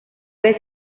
vez